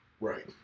Right